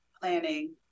planning